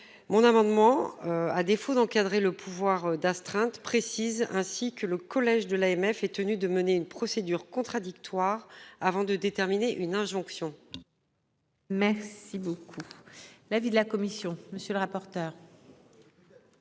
Mon amendement. À défaut d'encadrer le pouvoir d'astreinte précise ainsi que le collège de l'AMF et tenus de mener une procédure contradictoire avant de déterminer une injonction. Merci beaucoup. L'avis de la commission. Monsieur le rapporteur.